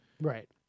Right